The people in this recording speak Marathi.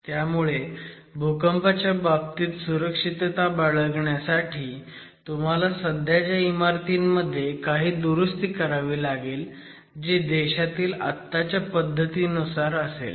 त्यामुळे भूकंपाच्या बाबतीत सुरक्षितता बाळगण्यासाठी तुम्हाला सध्याच्या इमारतींमध्ये काही दुरुस्ती करावी लागेल जे देशातील आत्ताच्या पध्दतीनुसार असेल